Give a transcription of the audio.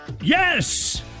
yes